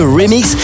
remix